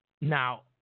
Now